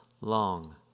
long